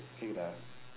கேட்குதா:keetkuthaa